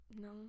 No